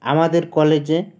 আমাদের কলেজে